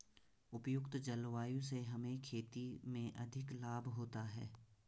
उपयुक्त जलवायु से हमें खेती में अधिक लाभ होता है